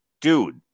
Dude